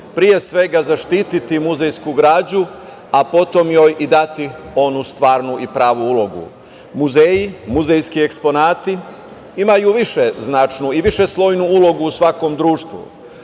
pre svega zaštititi muzejsku građu, a potom joj i dati onu stvarnu i pravu ulogu. Muzeji, muzejski eksponati imaju višeznačnu i višeslojnu ulogu u svakom društvu.